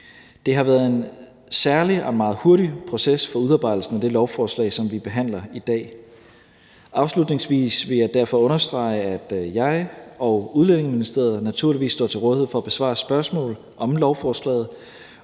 Det har været en særlig og meget hurtig proces for udarbejdelsen af det lovforslag, som vi behandler i dag. Afslutningsvis vil jeg derfor understrege, at jeg og Udlændinge- og Integrationsministeriet naturligvis står til rådighed for at besvare spørgsmål om lovforslaget.